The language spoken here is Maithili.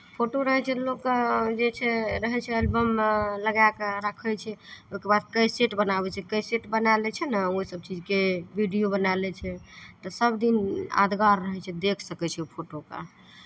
फोटो रहै छै तऽ लोकके जे छै रहै छै एलबममे लगा कऽ रक्खै छै ओहिके बाद कैसेट बनाबै छै कैसेट बना लै छै ने ओसभ चीजके वीडिओ बना लै छै तऽ सभदिन यादगार रहै छै देख सकै छै ओ फोटोकेँ